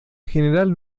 general